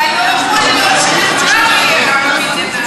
אבל לא יכול להיות שלכולנו יהיה רע במדינה הזאת.